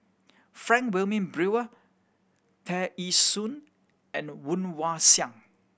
Frank Wilmin Brewer Tear Ee Soon and Woon Wah Siang